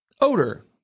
odor